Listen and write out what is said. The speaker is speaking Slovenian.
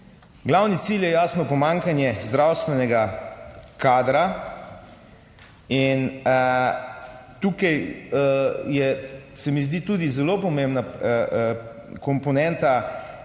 Glavni cilj je, jasno, pomanjkanje zdravstvenega kadra. In tukaj je, se mi zdi, tudi zelo pomembna komponenta,